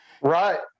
Right